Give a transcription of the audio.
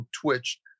twitch